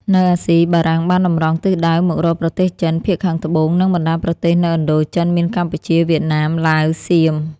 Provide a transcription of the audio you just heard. នៅអាស៊ី បារាំងបានតម្រង់ទិសដៅមករកប្រទេសចិន ភាគខាងត្បូងនិង បណ្តាប្រទេសនៅឥណ្ឌូចិនមានកម្ពុជា វៀតណាម ឡាវសៀម។